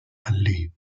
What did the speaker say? allee